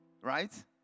right